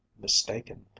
mistaken